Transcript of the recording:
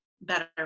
better